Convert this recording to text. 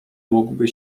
mógłby